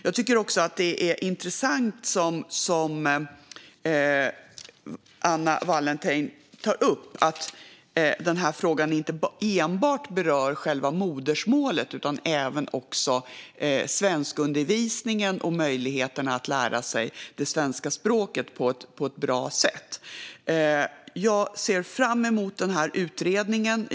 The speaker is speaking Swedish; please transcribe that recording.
Det är också intressant, som Anna Wallentheim tog upp, att den här frågan inte enbart berör själva modersmålet utan även svenskundervisningen och möjligheterna att lära sig det svenska språket på ett bra sätt. Jag ser fram emot utredningen.